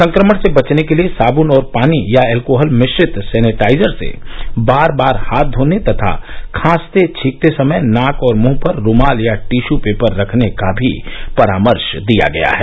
संक्रमण से बचने के लिए साबन और पानी या एल्कोहल मिश्रित सैनिटाइजर से बार बार हाथ घोने तथा खांसते छींकते समय नाक और मृंह पर रुमाल या टिशू पेपर रखने का भी परामर्श दिया गया है